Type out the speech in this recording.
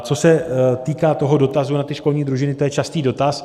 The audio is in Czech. Co se týče toho dotazu na ty školní družiny, to je častý dotaz.